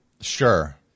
Sure